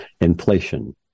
inflation